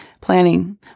planning